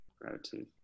Gratitude